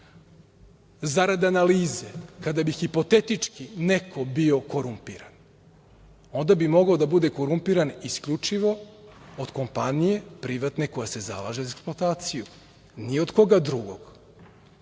analize kada bi hipotetički neko bio korumpiran, onda bi mogao da bude korumpiran isključivo od kompanije privatne koja se zalaže za eksploataciju, ni od koga drugog.